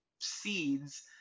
seeds